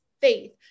faith